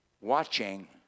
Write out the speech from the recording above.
Watching